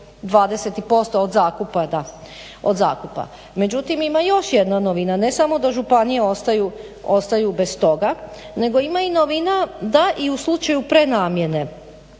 20% od zakupa. Međutim ima još jedna novina, ne samo da županije ostaju bez toga nego ima i novina da i u slučaju prenamjene